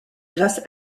grâce